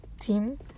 team